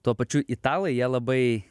tuo pačiu italai jie labai